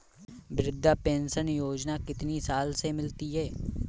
वृद्धा पेंशन योजना कितनी साल से मिलती है?